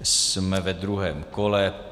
Jsme ve druhém kole.